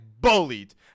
bullied